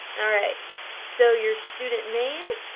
alright so your student name,